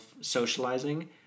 socializing